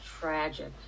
tragic